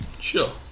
Sure